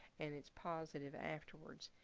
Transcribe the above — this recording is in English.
and it's positive afterwards.